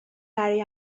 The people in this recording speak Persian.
برای